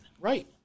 Right